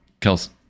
kills